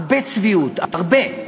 הרבה צביעות, הרבה,